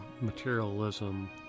materialism